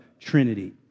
Trinity